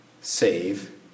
save